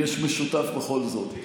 יש משותף בכל זאת.